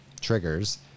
triggers